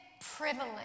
privilege